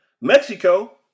Mexico